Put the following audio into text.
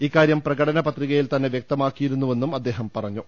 ഇക്കാര്യം പ്രകടനപത്രികയിൽ തന്നെ വ്യക്തമാക്കി യിരുന്നുവെന്നും അദ്ദേഹം പറഞ്ഞു